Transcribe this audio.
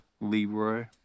Leroy